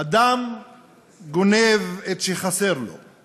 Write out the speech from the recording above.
אדם גונב את שחסר לו/